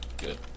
good